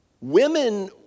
women